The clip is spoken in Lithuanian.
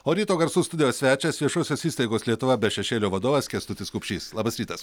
o ryto garsų studijos svečias viešosios įstaigos lietuva be šešėlio vadovas kęstutis kupšys labas rytas